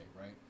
right